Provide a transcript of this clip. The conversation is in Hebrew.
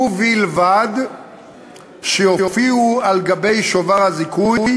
ובלבד שיופיעו על שובר הזיכוי